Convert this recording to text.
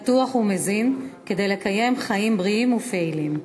בטוח ומזין כדי לקיים חיים בריאים ופעילים.